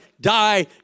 die